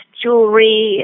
jewelry